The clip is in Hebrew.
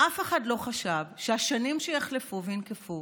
אף אחד לא חשב שהשנים שיחלפו וינקפו